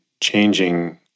changing